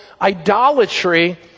idolatry